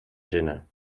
zinnen